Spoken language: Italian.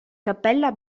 cappella